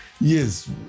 Yes